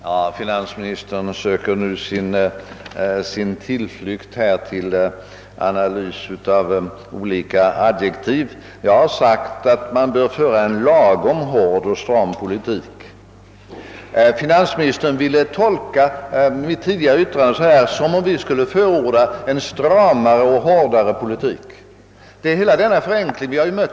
Herr talman! Finansministern söker nu tillflykt till analys av olika adjektiv. Jag har ofta sagt att det bör föras en lagom hård och stram politik, men finansministern vill tolka mitt tidigare yttrande som att vi skulle vilja förorda en stramare och hårdare politik än regeringen.